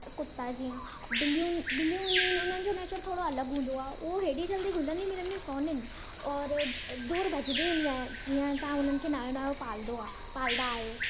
कुता जीअं ॿिलियूं ॿिलियूं हूंदियूं आहिनि उन्हनि जो नेचर थोरो अलॻि हूंदो आहे उहो हेॾी जल्दी घुलंदी मिलंदियूं कोन आहिनि और दूर भॼंदियूं आहिनि उहे जीअं तव्हां उन्हनि खे नओं नओं पालदो आहे पालींदा आहियो